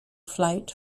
flight